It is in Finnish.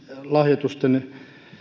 lahjoitusten